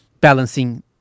balancing